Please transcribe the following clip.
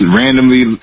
randomly